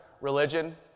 religion